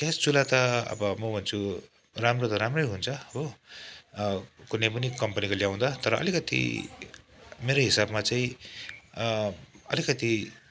gas चुल्हा त अब म भन्छु राम्रो त राम्रै हुन्छ हो कुनै पनि कम्पनीको ल्याउँदा तर अलिकति मेरो हिसाबमा चाहिँ अलिकति